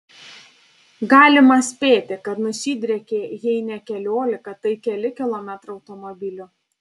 galima spėti kad nusidriekė jei ne keliolika tai keli kilometrai automobilių